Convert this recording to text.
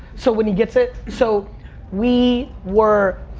so when he gets it, so we were,